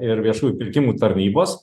ir viešųjų pirkimų tarnybos